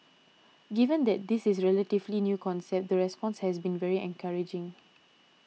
given that this is a relatively new concept the response has been very encouraging